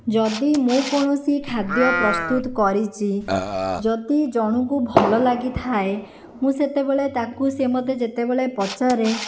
ଯଦି ମୁଁ କୌଣସି ଖାଦ୍ୟ ପ୍ରସ୍ତୁତ କରିଛି ଯଦି ଜଣଙ୍କୁ ଭଲ ଲାଗିଥାଏ ମୁଁ ସେତେବେଳେ ତାକୁ ସେ ମୋତେ ଯେତେବେଳେ ପଚାରେ